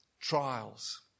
trials